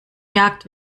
jagd